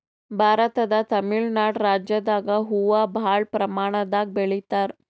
ಭಾರತದ್ ತಮಿಳ್ ನಾಡ್ ರಾಜ್ಯದಾಗ್ ಹೂವಾ ಭಾಳ್ ಪ್ರಮಾಣದಾಗ್ ಬೆಳಿತಾರ್